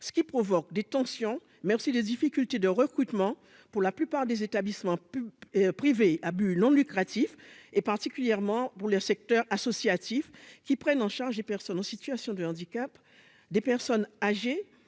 provoquent des tensions, mais aussi des difficultés de recrutement dans la plupart des établissements privés à but non lucratif, en particulier pour le secteur associatif, qui prennent en charge des personnes en situation de handicap, des personnes âgées